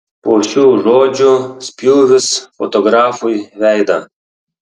po šių žodžių spjūvis fotografui veidą